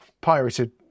pirated